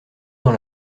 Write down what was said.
dans